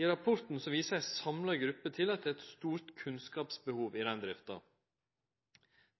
I rapporten viser ei samla gruppe til at det er eit stort kunnskapsbehov i reindrifta.